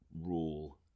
rule